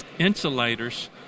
Insulators